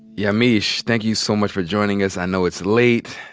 yamiche, thank you so much for joining us. i know it's late.